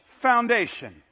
foundation